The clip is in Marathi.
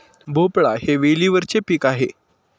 भोपळा हे वेलीवरचे पीक आहे